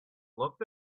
looked